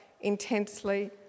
intensely